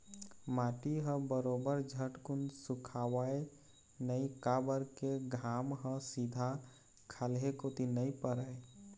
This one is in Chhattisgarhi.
माटी ह बरोबर झटकुन सुखावय नइ काबर के घाम ह सीधा खाल्हे कोती नइ परय